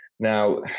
Now